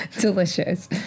delicious